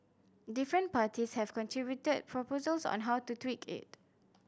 different parties have contributed proposals on how to tweak it